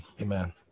amen